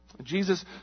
Jesus